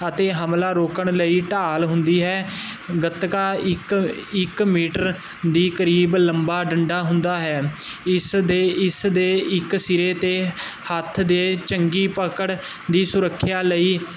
ਅਤੇ ਹਮਲਾ ਰੋਕਣ ਲਈ ਢਾਲ ਹੁੰਦੀ ਹੈ ਗਤਕਾ ਇੱਕ ਇੱਕ ਮੀਟਰ ਦੀ ਕਰੀਬ ਲੰਬਾ ਡੰਡਾ ਹੁੰਦਾ ਹੈ ਇਸ ਦੇ ਇਸ ਦੇ ਇੱਕ ਸਿਰੇ ਤੇ ਹੱਥ ਦੇ ਚੰਗੀ ਪਕੜ ਦੀ ਸੁਰੱਖਿਆ ਲਈ